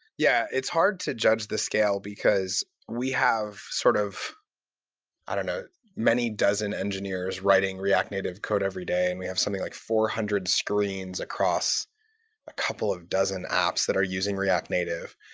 yeah, it's hard to judge the scale, because we have sort of i don't know many dozen engineers writing react native code every day, and we have something like four hundred screens across a couple of dozen apps that are using react native.